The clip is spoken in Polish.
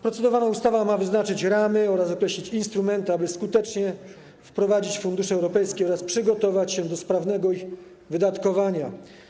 Procedowana ustawa ma wyznaczyć ramy oraz określić instrumenty, aby skutecznie wprowadzić fundusze europejskie oraz przygotować się do sprawnego ich wydatkowania.